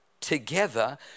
together